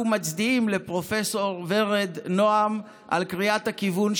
אנחנו מצדיעים לפרופ' ורד נעם על קריאת הכיוון,